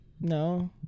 No